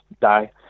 die